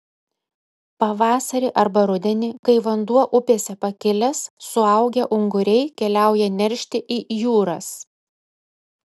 pavasarį arba rudenį kai vanduo upėse pakilęs suaugę unguriai keliauja neršti į jūras